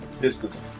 distance